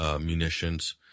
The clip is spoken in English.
munitions